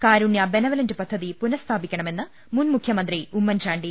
കാരുണ്യ benevolent പദ്ധതി പുനഃസ്ഥാപിക്കണമെന്ന് മുൻമുഖ്യമന്ത്രി ഉമ്മൻചാണ്ടി